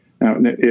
Now